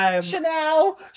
Chanel